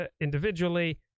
individually